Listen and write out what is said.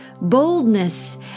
boldness